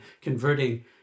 converting